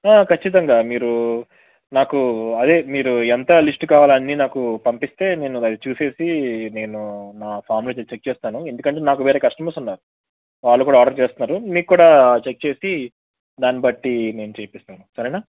ఖచ్చితంగా మీరు నాకు అదే మీరు ఎంత లిస్ట్ కావాలి అన్నీ నాకు పంపిస్తే నేను అది చూసేసి నేను మా ఫామ్లో చెక్ చేస్తాను ఎందుకంటే నాకు వేరే కస్టమర్స్ ఉన్నారు వాళ్ళు కూడా ఆర్డర్ చేస్తున్నారు మీకు కూడా చెక్ చేసి దాన్నిబట్టి నేను చేయిస్తాను సరేనా